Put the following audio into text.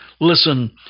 Listen